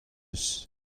eus